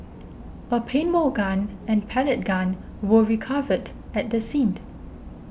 a paintball gun and pellet gun were recovered at the scene